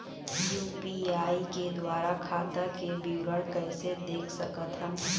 UPI के द्वारा खाता के विवरण कैसे देख सकत हन?